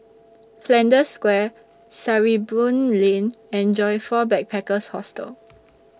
Flanders Square Sarimbun Lane and Joyfor Backpackers' Hostel